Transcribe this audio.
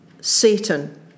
Satan